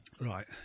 Right